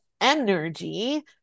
energy